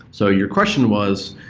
so your question was,